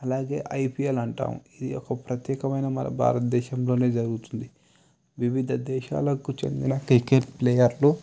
అలాగే ఐపీఎల్ అంటాం ఇది ఒక ప్రత్యేకమైన మన భారతదేశంలోనే జరుగుతుంది వివిధ దేశాలకు చెందిన క్రికెట్ ప్లేయర్లు